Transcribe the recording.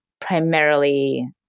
primarily